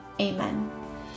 Amen